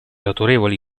autorevoli